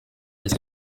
izi